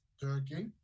Turkey